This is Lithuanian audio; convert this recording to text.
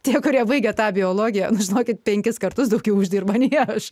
tie kurie baigę tą biologiją žinokit penkis kartus daugiau uždirba nei aš